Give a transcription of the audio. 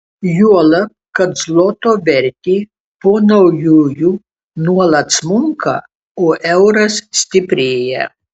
juolab kad zloto vertė po naujųjų nuolat smunka o euras stiprėja